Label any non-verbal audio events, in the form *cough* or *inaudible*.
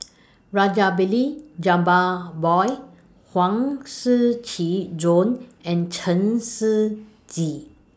*noise* Rajabali Jumabhoy Huang Shiqi Joan and Chen Shiji